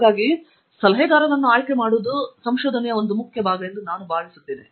ಹಾಗಾಗಿ ಸಲಹೆಗಾರನನ್ನು ಆಯ್ಕೆ ಮಾಡುವುದು ಬಹಳ ಮುಖ್ಯ ಎಂದು ನಾನು ಭಾವಿಸುತ್ತೇನೆ